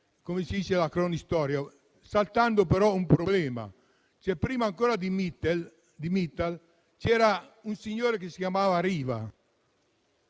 bene a fare la cronistoria, ma ha saltato un problema. Prima ancora di Mittal c'era un signore che si chiamava Riva,